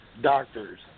doctors